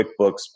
QuickBooks